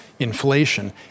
inflation